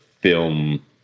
film